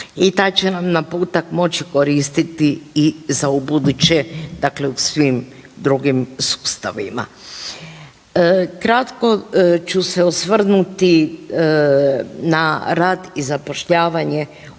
I taj će nam naputak moći koristiti i za ubuduće dakle u svim drugim sustavima. Kratko ću se osvrnuti na rad i zapošljavanje